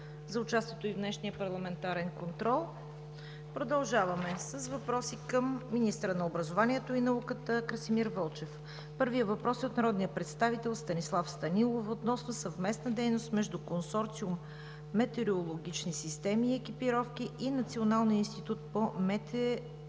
за участието ѝ в днешния парламентарен контрол. Продължаваме с въпроси към министъра на образованието и науката Красимир Вълчев. Първият въпрос е от народния представител Станислав Станилов относно съвместна дейност между Консорциум „Метеорологични системи и екипировка“ и Националния институт по метеорология